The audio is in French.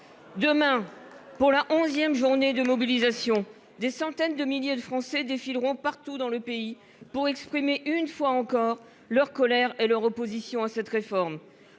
Demain pour la 11ème journée de mobilisation des centaines de milliers de Français défileront partout dans le pays pour exprimer une fois encore leur colère et leur opposition à cette réforme.